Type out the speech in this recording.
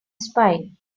spine